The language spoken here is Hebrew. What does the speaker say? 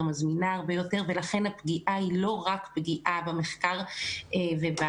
וזמינה הרבה יותר ולכן הפגיעה היא לא רק פגיעה במחקר ובהגות,